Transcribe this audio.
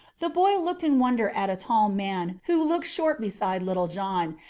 the boy looked in wonder at a tall man who looked short beside little john,